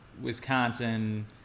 Wisconsin